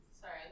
Sorry